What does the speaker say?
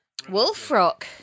Wolfrock